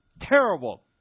terrible